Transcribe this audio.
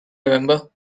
remember